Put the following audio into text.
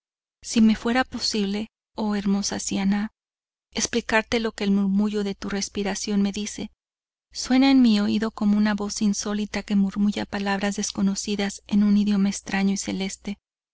si me fuera posible oh hermosa siannah explicarte lo que el murmullo de tu respiración me dice suena en mi oído como una voz insólita que murmulla palabras desconocidas en un idioma extraño y celeste